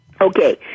Okay